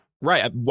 right